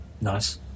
Nice